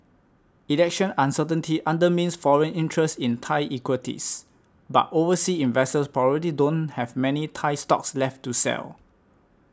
election uncertainty undermines foreign interest in Thai equities but overseas investors probably don't have many Thai stocks left to sell